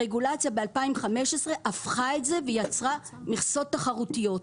הרגולציה ב-2015 הפכה את זה ויצרה מכסות תחרותיות.